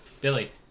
Billy